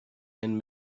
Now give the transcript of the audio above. and